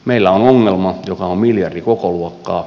meillä on ongelma joka on miljardikokoluokkaa